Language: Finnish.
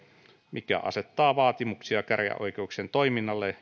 mikä asettaa vaatimuksia käräjäoikeuksien toiminnalle